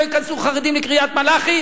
לא ייכנסו חרדים לקריית-מלאכי.